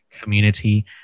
community